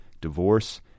divorce